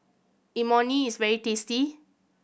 imoni is very tasty